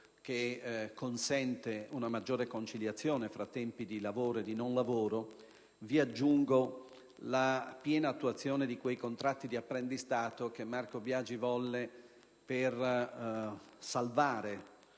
che consente una maggiore conciliazione fra tempi di lavoro e di non lavoro. Aggiungo la piena attuazione di quei contratti di apprendistato che Marco Biagi volle per salvare